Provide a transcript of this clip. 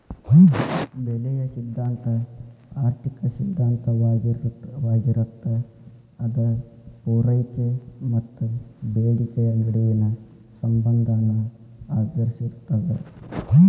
ಬೆಲೆಯ ಸಿದ್ಧಾಂತ ಆರ್ಥಿಕ ಸಿದ್ಧಾಂತವಾಗಿರತ್ತ ಅದ ಪೂರೈಕೆ ಮತ್ತ ಬೇಡಿಕೆಯ ನಡುವಿನ ಸಂಬಂಧನ ಆಧರಿಸಿರ್ತದ